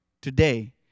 today